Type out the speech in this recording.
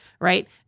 right